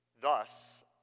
thus